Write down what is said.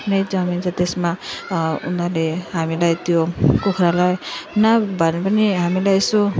आफ्नो जमिन छ त्यसमा उनीहरूले हामीलाई त्यो कुखुरालाई नभए पनि हामीलाई यसो